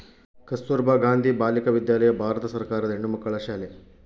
ಕಸ್ತುರ್ಭ ಗಾಂಧಿ ಬಾಲಿಕ ವಿದ್ಯಾಲಯ ಭಾರತ ಸರ್ಕಾರದ ಹೆಣ್ಣುಮಕ್ಕಳ ಶಾಲೆ